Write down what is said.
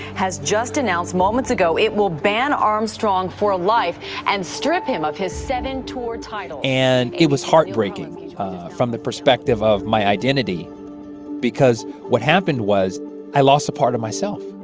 has just announced moments ago it will ban armstrong for ah life and strip him of his seven tour titles and it was heartbreaking from the perspective of my identity because what happened was i lost a part of myself